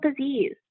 disease